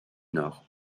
nord